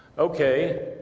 okay,